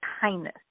kindness